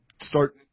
start